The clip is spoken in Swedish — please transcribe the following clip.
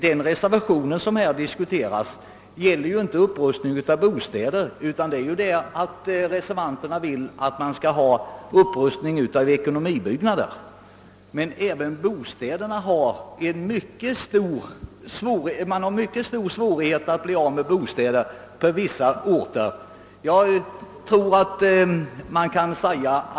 Den reservation som här diskuteras gäller ju inte upprustning av bostäder utan upprustning av ekonomibyggnader. Man har emellertid mycket stora svårigheter även när det gäller att bli av med bostäder på vissa orter.